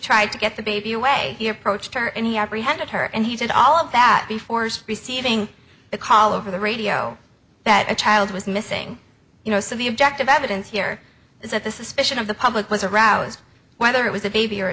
tried to get the baby away he approached her and he apprehended her and he did all of that before receiving the call over the radio that a child was missing you know so the objective evidence here is that the suspicion of the public was aroused whether it was a baby or a